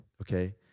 okay